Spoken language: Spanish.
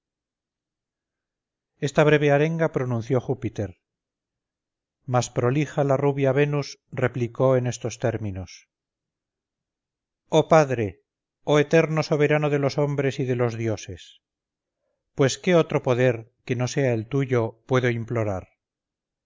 esta breve arenga pronunció júpiter mas prolija la rubia venus replicó en estos términos oh padre oh eterno soberano de los hombres y de los dioses pues qué otro poder que no sea el tuyo puedo implorar